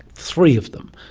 three of them.